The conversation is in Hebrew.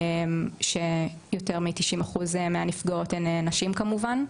שיותר מ-90% מהנפגעות הן נשים כמובן.